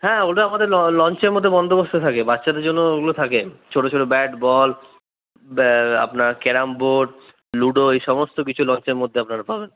হ্যাঁ ওটা আমাদের লঞ্চের মধ্যে বন্দোবস্ত থাকে বাচ্চাদের জন্য ওগুলো থাকে ছোট ছোট ব্যাট বল আপনার ক্যারাম বোর্ড লুডো এই সমস্ত কিছু লঞ্চের মধ্যে আপনারা পাবেন